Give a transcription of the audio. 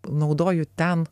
naudoju ten